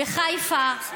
בחיפה,